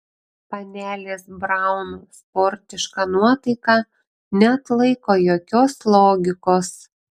panelės braun sportiška nuotaika neatlaiko jokios logikos